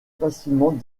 facilement